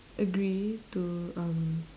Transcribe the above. agree to um